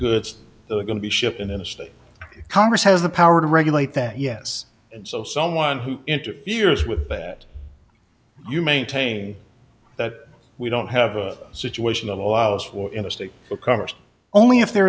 goods that are going to be shipped in the state congress has the power to regulate that yes and so someone who interferes with bad you maintain that we don't have a situation that allows for interstate commerce only if there